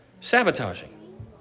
Sabotaging